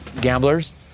gamblers